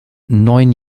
neun